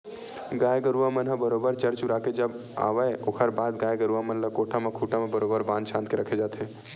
गाय गरुवा मन ह बरोबर चर चुरा के जब आवय ओखर बाद गाय गरुवा मन ल कोठा म खूंटा म बरोबर बांध छांद के रखे जाथे